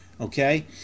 Okay